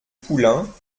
poulain